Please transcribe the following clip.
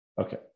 Okay